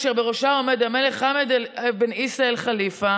אשר בראשה עומד המלך חמד אבן עיסא אאל ח'ליפה,